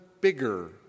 bigger